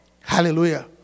Hallelujah